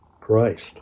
Christ